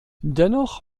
dennoch